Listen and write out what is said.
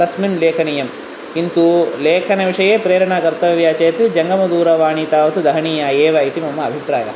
तस्मिन् लेखनीयम् किन्तु लेखनविषये प्रेरणा कर्तव्या चेत् जङ्गमदूरवाणीं तावत् दहनीया एव इति मम अभिप्रायः